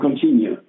continue